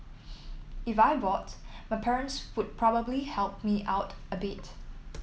if I bought my parents would probably help me out a bit